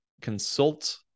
consult